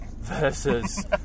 versus